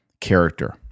character